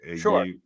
Sure